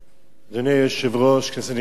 אדוני היושב-ראש, כנסת נכבדה,